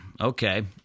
Okay